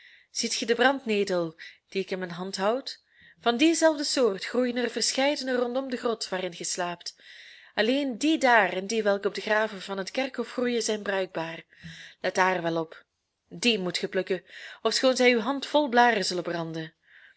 ziet ge die brandnetel die ik in mijn hand houd van die zelfde soort groeien er verscheidene rondom de grot waarin ge slaapt alleen die daar en die welke op de graven van het kerkhof groeien zijn bruikbaar let daar wel op die moet ge plukken ofschoon zij uw hand vol blaren zullen branden